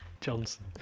Johnson